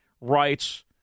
rights